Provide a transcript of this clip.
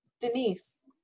Denise